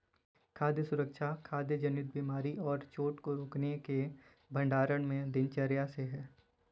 खाद्य सुरक्षा खाद्य जनित बीमारी और चोट को रोकने के भंडारण में दिनचर्या से है